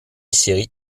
série